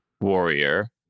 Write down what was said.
Warrior